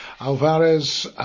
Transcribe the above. Alvarez